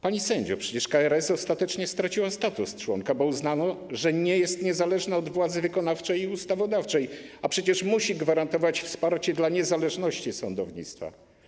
Pani sędzio, przecież KRS ostatecznie straciło status członka, bo uznano, że nie jest niezależna od władzy wykonawczej i ustawodawczej, a przecież musi gwarantować wsparcie dla niezależności sądownictwa.